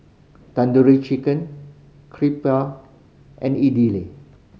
Tandoori Chicken Crepe and Idili